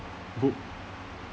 book